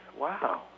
wow